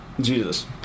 Jesus